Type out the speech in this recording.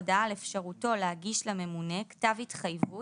הודעה על אפשרותו להגיש לממונה כתב התחייבות